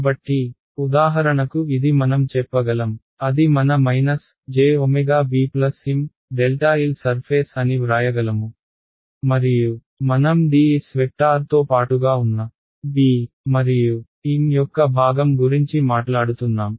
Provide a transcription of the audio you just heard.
కాబట్టి ఉదాహరణకు ఇది మనం చెప్పగలం అది మన j BMl సర్ఫేస్ అని వ్రాయగలము మరియు మనం ds వెక్టార్తో పాటుగా ఉన్న B మరియు M యొక్క భాగం గురించి మాట్లాడుతున్నాం